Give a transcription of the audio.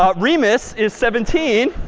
ah remus is seventeen.